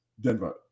Denver